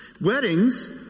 Weddings